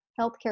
healthcare